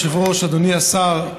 אדוני היושב-ראש, אדוני השר,